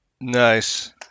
Nice